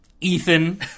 Ethan